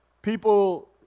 People